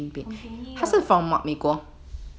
很便宜的